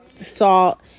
salt